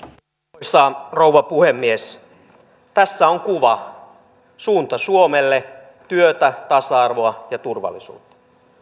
arvoisa rouva puhemies tässä on kuva suunta suomelle työtä tasa arvoa ja turvallisuutta